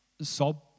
sob